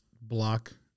block